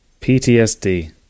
PTSD